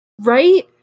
Right